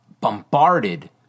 bombarded